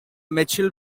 mitchell